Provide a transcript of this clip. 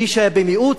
מי שהיה במיעוט,